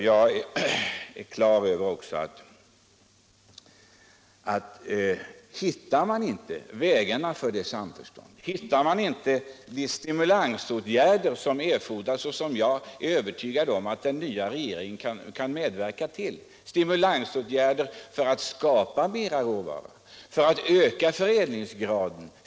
Jag är också klar över att man måste hitta vägarna för detta samförstånd, hitta de stimulansåtgärder som erfordras. Jag är övertygdd om att den nya regeringen kan medverka till stimulansåtgärder för att skapa mera råvara och öka förädlingsgraden.